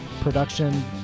production